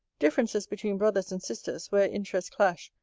differences between brothers and sisters, where interests clash,